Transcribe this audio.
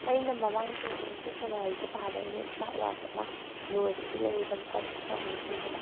ꯑꯩꯅ ꯃꯃꯥꯡ ꯆꯍꯤꯒꯤ ꯐꯦꯕꯋꯥꯔꯤꯗ ꯃꯥꯜꯂꯦ ꯑꯩꯅ ꯏꯁꯃꯥꯔꯠ ꯋꯥꯁ ꯑꯃ ꯅꯣꯏꯁꯀꯤ ꯂꯩꯑꯕ ꯂꯨꯄꯥ ꯁꯤꯛꯁ ꯊꯥꯎꯖꯟ ꯄꯤꯗꯅ